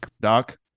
doc